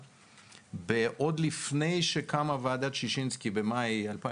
עוד לפני שקמה ועדת ששינסקי במאי 2010?